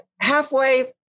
halfway